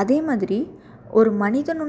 அதே மாதிரி ஒரு மனிதன்